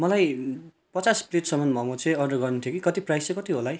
मलाई पचास प्लेटसम्म मोमो चाहिँ अर्डर गर्नु थियो कि कति प्राइस चाहिँ कति होला है